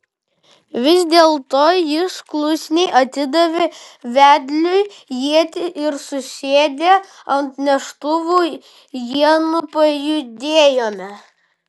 vis dėlto jis klusniai atidavė vedliui ietį ir susėdę ant neštuvų ienų pajudėjome